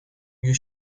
you